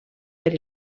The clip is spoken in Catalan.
per